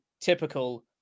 typical